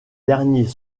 dernier